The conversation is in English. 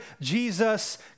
Jesus